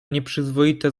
nieprzyzwoite